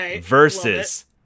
versus